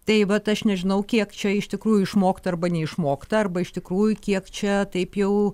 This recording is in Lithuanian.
tai vat aš nežinau kiek čia iš tikrųjų išmokta arba neišmokta arba iš tikrųjų kiek čia taip jau